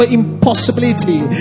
impossibility